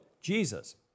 Jesus